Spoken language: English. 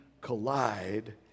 collide